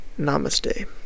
Namaste